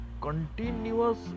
continuous